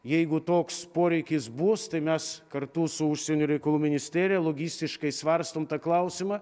jeigu toks poreikis bus tai mes kartu su užsienio reikalų ministerija logistiškai svarstom tą klausimą